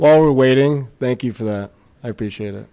while we're waiting thank you for that i appreciate it